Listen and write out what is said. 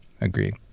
Agreed